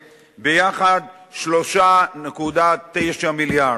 ביחד, 3.9 מיליארד.